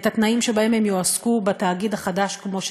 את התנאים שבהם הם יועסקו בתאגיד החדש כמו שצריך.